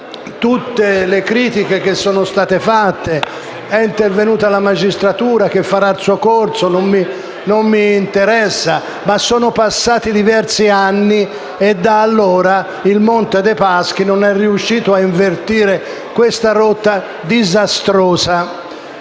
tutte le critiche che gli sono state fatte, è intervenuta la magistratura, che farà il suo corso (non mi interessa); ma sono passati diversi anni e da allora il Monte dei Paschi non è riuscito a invertire questa rotta disastrosa.